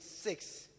six